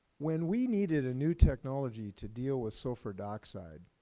when we needed a new technology to deal with sulfur dioxide,